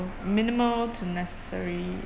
minimal to necessary